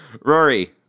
Rory